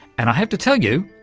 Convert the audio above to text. and, i have to tell you,